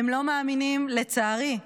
הם לא מאמינים, לצערי,